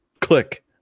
Click